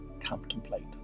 contemplate